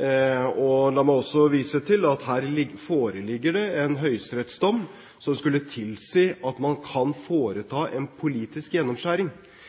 La meg også vise til at her foreligger det en høyesterettsdom som skulle tilsi at man kan foreta en politisk gjennomskjæring.